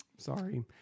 Sorry